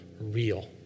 real